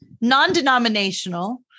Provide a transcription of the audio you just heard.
non-denominational